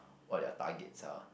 what their targets are